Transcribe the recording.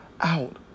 out